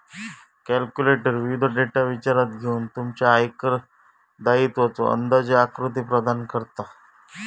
calculator विविध data विचारात घेऊन तुमच्या आयकर दायित्वाचो अंदाजे आकृती प्रदान करता